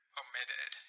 omitted